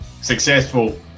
successful